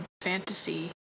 fantasy